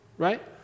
right